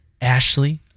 Ashley